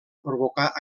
provocar